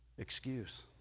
Excuse